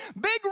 Big